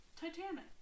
Titanic